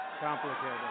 Complicated